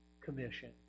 commission